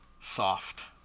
soft